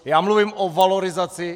Já mluvím o valorizaci.